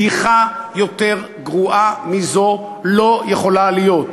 בדיחה יותר גרועה מזו לא יכולה להיות.